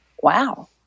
wow